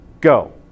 go